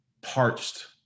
parched